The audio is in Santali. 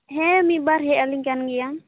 ᱦᱮᱸᱻ ᱢᱤᱜ ᱵᱟᱨ ᱦᱮᱜ ᱟᱞᱤᱝ ᱠᱟᱱᱜᱮᱭᱟ